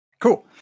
Cool